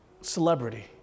celebrity